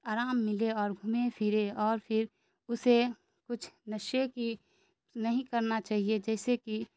آرام ملے اور گھومے پھرے اور پھر اسے کچھ نشے کی نہیں کرنا چاہیے جیسے کہ